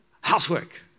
housework